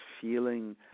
feeling